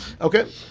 Okay